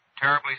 terribly